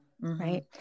right